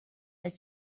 but